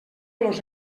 los